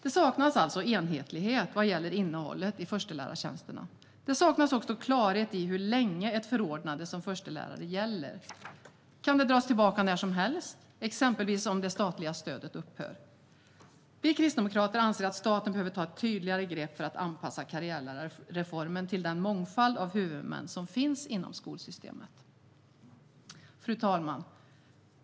Det saknas alltså enhetlighet vad gäller innehållet i förstelärartjänsterna. Det saknas också klarhet i hur länge ett förordnande som förstelärare gäller. Kan det dras tillbaka när som helst, exempelvis om det statliga stödet upphör? Vi kristdemokrater anser att staten behöver ta ett tydligare grepp för att anpassa karriärlärarreformen till den mångfald av huvudmän som finns inom skolsystemet. Fru talman!